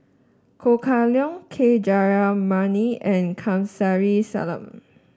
Ho Kah Leong K Jayamani and Kamsari Salam